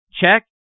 Check